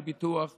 לפיתוח ולשימור.